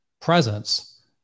presence